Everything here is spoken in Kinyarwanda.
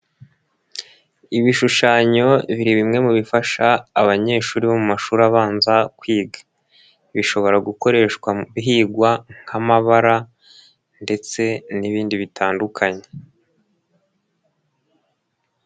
Ibishushanyo biri bimwe mu bifasha abanyeshuri bo mu mashuri abanza kwiga. Bishobora gukoreshwa higwa nk'amabara ndetse n'ibindi bitandukanye.